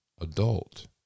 adult